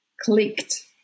clicked